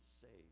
saved